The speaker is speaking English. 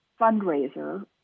fundraiser